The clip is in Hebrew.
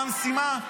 מה המשימה?